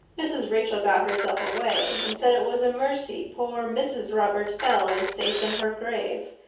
mrs. rachel got herself away and said it was a mercy poor mrs. robert bell was safe in her grave,